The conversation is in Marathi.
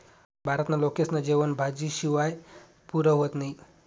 भारतना लोकेस्ना जेवन भाजी शिवाय पुरं व्हतं नही